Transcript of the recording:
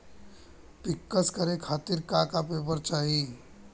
पिक्कस करे खातिर का का पेपर चाही?